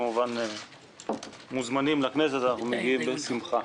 למעשה, ניסיון לסחיטה באיומים של משרד המשפטים.